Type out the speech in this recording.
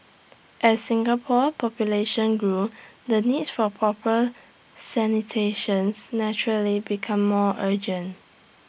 as Singapore's population grew the needs for proper sanitation naturally became more urgent